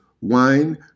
Wine